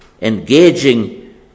engaging